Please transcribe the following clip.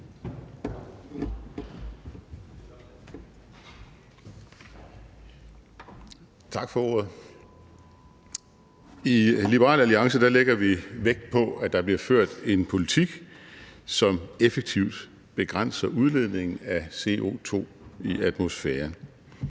Tak for ordet. I Liberal Alliance lægger vi vægt på, at der bliver ført en politik, som effektivt begrænser udledningen af CO₂ i atmosfæren.